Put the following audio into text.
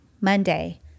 Monday